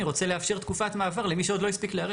אני רוצה לאפשר תקופת מעבר למי שלא הספיק להיערך.